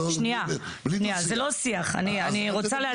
שנייה שנייה זה לא שיח אני רוצה להסביר,